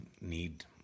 need